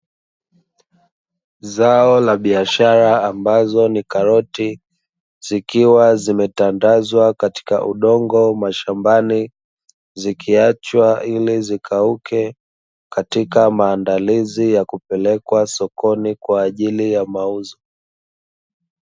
Zao la biashara ambalo ni karoti, zikiwa zimetandazwa katika udongo mashambani, zikiachwa ili zikauke katika maandalizi ili zipelekwe sokoni kwa ajili ya mauzo.